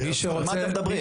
על מה אתם מדברים?